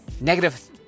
negative